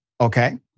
Okay